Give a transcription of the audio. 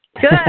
Good